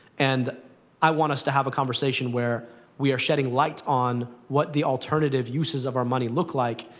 and i want us to have a conversation where we are shedding light on what the alternative uses of our money look like,